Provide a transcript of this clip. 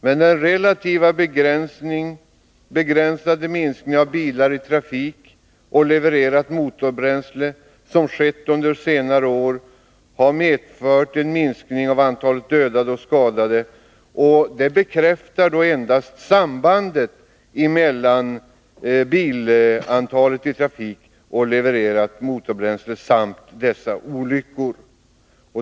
Men att den relativt begränsade minskning av antalet bilar i trafik och av mängden levererat motorbränsle som skett under senare år medfört en minskning av antalet dödade och skadade är endast en bekräftelse på sambandet mellan dessa faktorer.